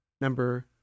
number